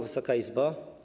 Wysoka Izbo!